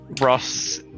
Ross